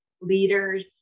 leaders